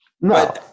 No